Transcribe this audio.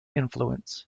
influence